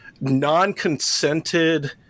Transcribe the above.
Non-consented